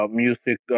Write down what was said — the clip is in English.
music